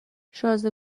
شازده